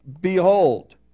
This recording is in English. Behold